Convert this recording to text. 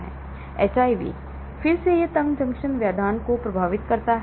HIV फिर से यह तंग जंक्शन व्यवधान को प्रभावित करता है